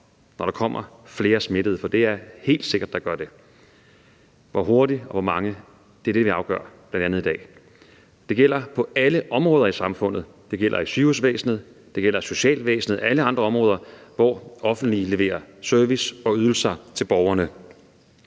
når der kommer flere smittede, for det er helt sikkert, at der gør det. Hvor hurtigt og hvor mange er det, vi afgør bl.a. i dag, og det gælder på alle områder i samfundet. Det gælder i sygehusvæsenet, det gælder i socialvæsenet og på alle andre områder, hvor det offentlige leverer service og ydelser til borgerne.